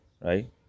right